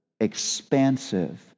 expansive